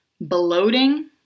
bloating